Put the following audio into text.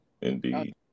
Indeed